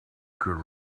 could